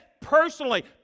personally